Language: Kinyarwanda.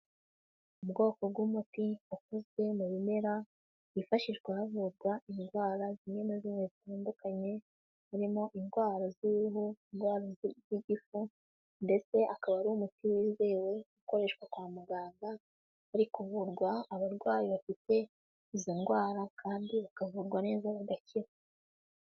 Ubwoko bw'umuti ukozwe mu bimera byifashishwa havurwa indwara zimwe na zimwe zitandukanye, harimo indwara z'uruhu, indwara z'igifu ndetse akaba ari umuti wizewe, ukoreshwa kwa muganga hari kuvurwa abarwayi bafite izo ndwara kandi bakavurwa zigakira.